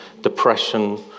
depression